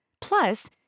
Plus